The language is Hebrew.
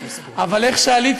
אבל איך שעליתי,